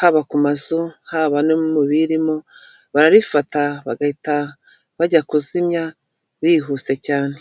haba ku mazu, haba no mu biyirimo, bararifata bagahita bajya kuzimya bihuse cyane.